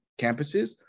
campuses